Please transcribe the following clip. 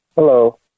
Hello